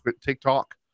TikTok